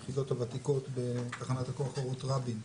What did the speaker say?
היחידות הוותיקות בתחנת הכוח אורות רבין,